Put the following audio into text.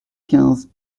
quinze